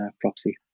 proxy